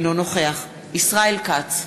אינו נוכח ישראל כץ,